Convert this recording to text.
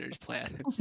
plan